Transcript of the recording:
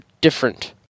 different